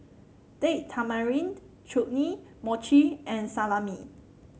Date Tamarind Chutney Mochi and Salami